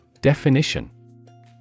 Definition